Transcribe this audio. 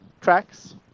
tracks